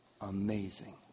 Amazing